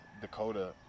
Dakota